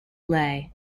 leigh